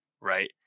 right